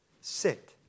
sit